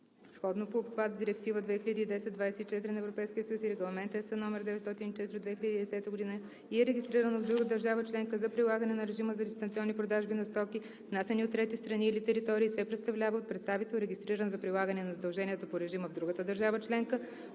сходно по обхват с Директива 2010/24/ЕС и Регламент (ЕС) № 904/2010, и е регистрирано в друга държава членка за прилагане на режим за дистанционни продажби на стоки, внасяни от трети страни или територии, се представлява от представител, регистриран за прилагане на задълженията по режима в другата държава членка,